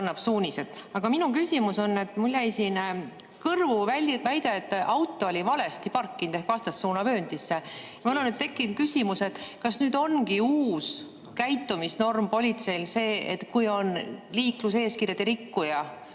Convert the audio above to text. Aga minu küsimus on selline. Mulle jäi siin kõrvu väide, et auto oli valesti pargitud ehk vastassuunavööndis. Mul on tekkinud küsimus, kas nüüd ongi uus käitumisnorm politseil see, et kui on liikluseeskirja rikutud